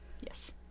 Yes